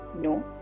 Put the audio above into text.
No